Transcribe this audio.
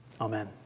Amen